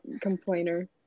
complainer